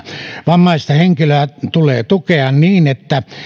vammaista henkilöä tulee tukea niin että